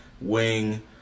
wing